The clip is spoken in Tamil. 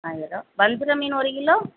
ஆ ஏதோ வஞ்சிர மீன் ஒரு கிலோ